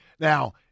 Now